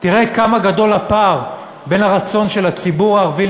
תראה כמה גדול הפער בין הרצון של הציבור הערבי